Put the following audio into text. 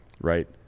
right